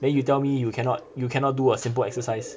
then you tell me you cannot you cannot do a simple exercise